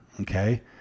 Okay